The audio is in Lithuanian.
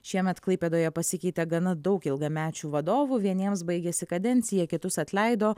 šiemet klaipėdoje pasikeitė gana daug ilgamečių vadovų vieniems baigėsi kadencija kitus atleido